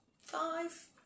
five